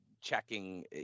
checking